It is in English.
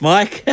Mike